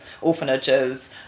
orphanages